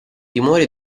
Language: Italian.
timore